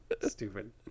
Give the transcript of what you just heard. Stupid